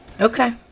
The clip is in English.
Okay